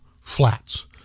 flats